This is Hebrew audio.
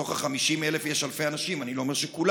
מתוך ה-50,000 יש אלפי אנשים, אני לא אומר שכולם,